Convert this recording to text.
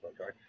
Okay